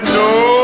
no